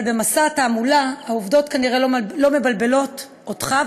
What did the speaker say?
אבל במסע התעמולה העובדות כנראה לא מבלבלות אותך,